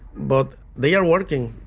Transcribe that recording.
but they are working,